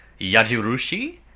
Yajirushi